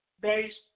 based